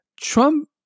Trump